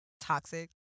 Toxic